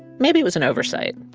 maybe it was an oversight.